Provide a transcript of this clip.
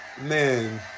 Man